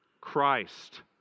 Christ